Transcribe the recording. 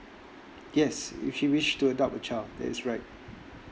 yes if she wish to adopt a child that is right